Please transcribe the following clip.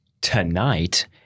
tonight